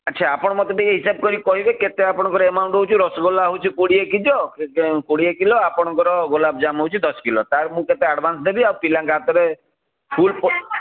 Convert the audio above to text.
ଆଚ୍ଛା ଆପଣ ମୋତେ ଟିକିଏ ହିସାବ କରି କହିବେ କେତେ ଆପଣଙ୍କର ଏମାଉଣ୍ଟ୍ ହେଉଛି ରସଗୋଲା ହେଉଛି କୋଡ଼ିଏ କୋଡ଼ିଏ କିଲୋ ଆପଣଙ୍କର ଗୋଲାପଜାମ୍ ହେଉଛି ଦଶ କିଲୋ ତାହେଲେ ମୁଁ କେତେ ଆଡ଼୍ଭାନ୍ସ ଦେବି ଆଉ ପିଲାଙ୍କ ହାତରେ ଫୁଲ୍